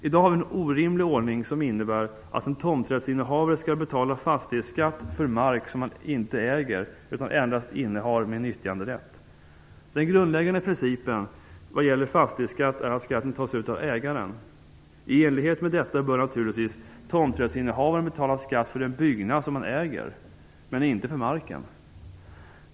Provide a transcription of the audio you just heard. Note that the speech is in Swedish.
I dag har vi en orimlig ordning som innebär att en tomträttsinnehavare skall betala fastighetsskatt för mark som han inte äger utan endast innehar med nyttjanderätt. Den grundläggande principen vad gäller fastighetsskatt är att skatten tas ut av ägaren. I enlighet med detta bör naturligtvis tomträttsinnehavaren betala skatt för den byggnad som han äger, men inte för marken.